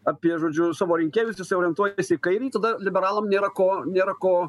apie žodžiu savo rinkėjus jisai orientuojasi į kairįjį tada liberalam nėra ko nėra ko